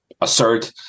assert